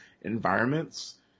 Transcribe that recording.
environments